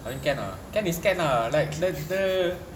I mean can ah can is can ah like the